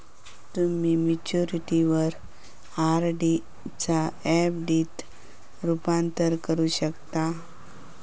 तुम्ही मॅच्युरिटीवर आर.डी चा एफ.डी त रूपांतर करू शकता